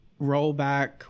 rollback